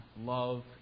Love